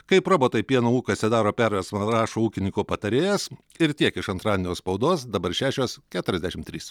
kaip robotai pieno ūkiuose daro perversmą rašo ūkininko patarėjas ir tiek iš antradienio spaudos dabar šešios keturiasdešim trys